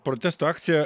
protesto akcija